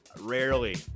Rarely